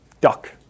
duck